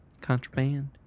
Contraband